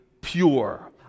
pure